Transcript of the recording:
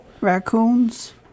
Raccoons